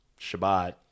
Shabbat